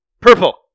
Purple